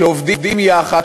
שעובדים יחד,